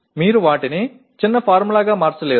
நீங்கள் அவற்றை ஒரு குறுகிய சூத்திரமாக மாற்ற முடியாது